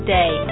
day